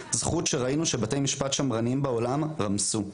זכות שראינו שבתי משפט שמרניים בעולם רמסו,